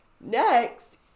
Next